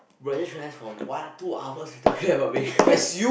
bro I just realize hor one two hours we talking about Megan